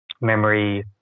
memory